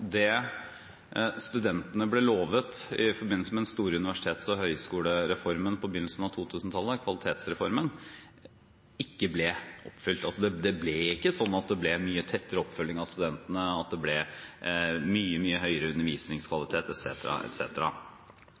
det studentene ble lovet i forbindelse med den store universitets- og høyskolereformen på begynnelsen av 2000-tallet, Kvalitetsreformen, ikke ble oppfylt. Det ble ikke mye tettere oppfølging av studentene eller mye høyere undervisningskvalitet